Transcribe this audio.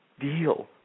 deal